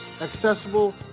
accessible